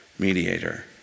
mediator